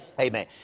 Amen